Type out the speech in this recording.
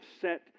set